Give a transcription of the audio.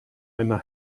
einer